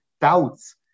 doubts